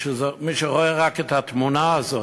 מי שרואה רק את התמונה הזאת,